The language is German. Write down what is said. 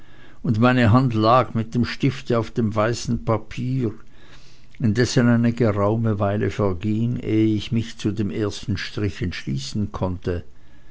und meine hand lag mit dem stifte auf dem weißen papiere indessen eine geraume weile verging eh ich mich zu dem ersten strich entschließen konnte